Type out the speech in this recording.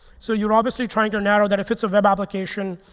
so you're obviously trying to narrow that if it's a web um location,